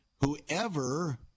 whoever